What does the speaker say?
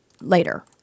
later